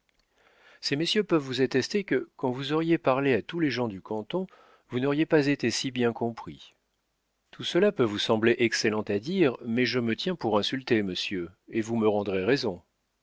ces messieurs peuvent vous attester que quand vous auriez parlé à tous les gens du canton vous n'auriez pas été si bien compris tout cela peut vous sembler excellent à dire mais je me tiens pour insulté monsieur et vous me rendrez raison